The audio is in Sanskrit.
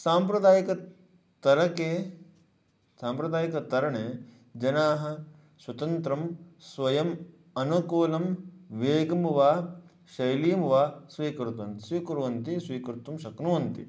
साम्प्रदायिकतारके साम्प्रदायिकतरणे जनाः स्वतन्त्रं स्वयम् अनुकूलं वेगं वा शैलीं वा स्वीकृत्य स्वीकुर्वन्ति स्वीकर्तुं शक्नुवन्ति